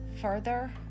further